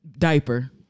Diaper